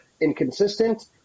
inconsistent